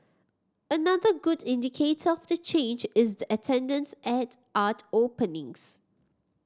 another good indicator of the change is the attendance at art openings